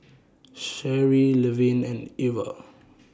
Sharee Levin and Irva